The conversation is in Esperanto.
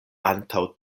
antaŭ